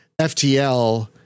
FTL